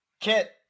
kit